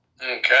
Okay